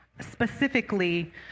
specifically